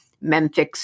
Memphis